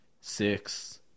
six